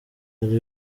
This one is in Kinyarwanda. hari